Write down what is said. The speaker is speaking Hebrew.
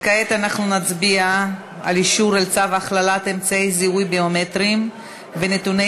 כעת אנחנו נצביע על צו הכללת אמצעי זיהוי ביומטריים ונתוני